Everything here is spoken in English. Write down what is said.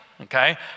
okay